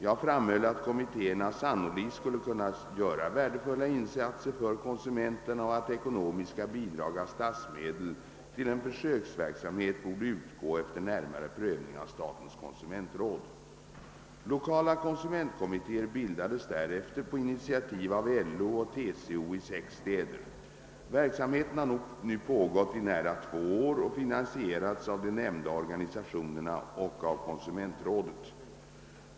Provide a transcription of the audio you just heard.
Jag framböll att kommittéerna sannolikt skulle kunna göra värdefulla insatser för konsumenterna och att ekonomiska bidrag av statsmedel till en försöksverksamhet borde kunna utgå efter närmare prövning av statens konsumentråd. Lokala konsumentkommittéer bildades därefter på initiativ av LO och TCO i sex städer. Verksamheten har nu pågått i nära två år och finansierats av de nämnda organisationerna och av konsumentrådet.